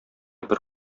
бер